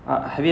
oh